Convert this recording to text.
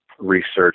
research